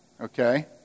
Okay